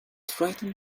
frightened